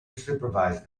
supervise